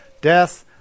Death